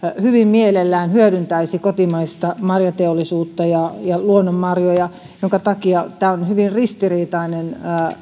hyvin mielellään hyödyntäisi kotimaista marjateollisuutta ja ja luonnonmarjoja minkä takia tämä on on hyvin ristiriitainen